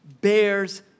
bears